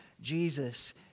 Jesus